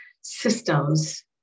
systems